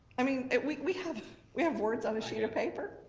i mean, we have we have words on a sheet of paper?